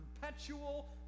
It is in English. perpetual